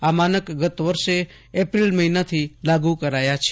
આ માનક ગત વર્ષે એપ્રિલ મહિના થી લાગુ કરાયા છે